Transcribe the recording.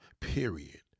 Period